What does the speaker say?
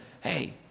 hey